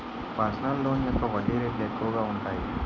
personal loan యొక్క వడ్డీ రేట్లు ఎక్కువగా ఉంటాయి